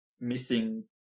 missing